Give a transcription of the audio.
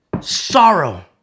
sorrow